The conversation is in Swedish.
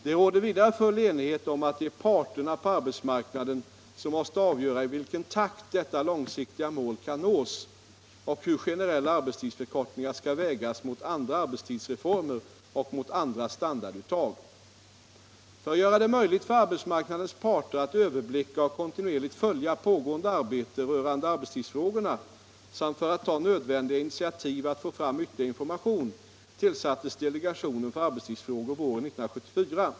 Det råder vidare full enighet om att det är parterna på arbetsmarknaden som måste avgöra i vilken takt detta långsiktiga mål kan nås och hur generella arbetstidsförkortningar skall vägas mot andra arbetstidsreformer och mot andra standarduttag. För att göra det möjligt för arbetsmarknadens parter att överblicka och kontinuerligt följa pågående arbete rörande arbetstidsfrågorna samt för att ta nödvändiga initiativ att få fram ytterligare information tillsattes delegationen för arbetstidsfrågor våren 1974.